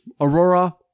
Aurora